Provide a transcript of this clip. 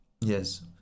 Yes